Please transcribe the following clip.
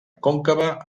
còncava